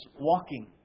walking